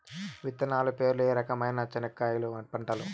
విత్తనాలు పేర్లు ఏ రకమైన చెనక్కాయలు పంటలు?